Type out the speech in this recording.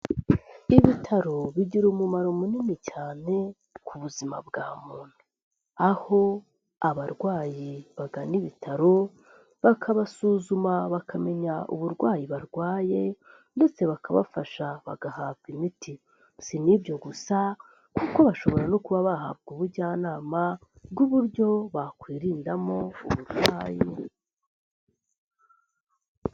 Ibitaro bigira umumaro munini cyane ku buzima bwa muntu, aho abarwayi bagana ibitaro bakabasuzuma bakamenya uburwayi barwaye ndetse bakabafasha bagahabwa imiti. Si n'ibyo gusa kuko bashobora no kuba bahabwa ubujyanama bw'uburyo bakwirindamo uburwayi.